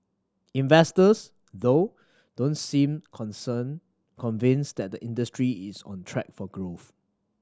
investors though don't seem concern convinced that the industry is on track for growth